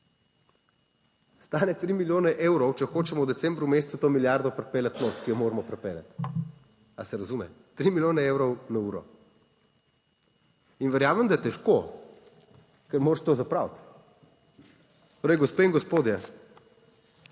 stane tri milijone evrov, če hočemo v decembru mesecu to milijardo pripeljati noter, ki jo moramo pripeljati. Ali se razume, tri milijone evrov na uro. In verjamem, da je težko, ker moraš to zapraviti. Torej, gospe in gospodje,